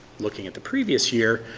looking at the previous year,